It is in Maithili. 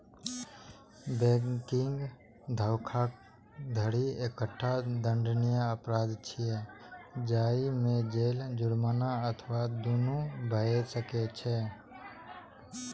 बैंकिंग धोखाधड़ी एकटा दंडनीय अपराध छियै, जाहि मे जेल, जुर्माना अथवा दुनू भए सकै छै